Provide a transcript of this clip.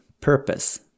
purpose